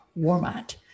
Walmart